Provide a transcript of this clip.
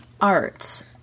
art